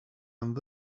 and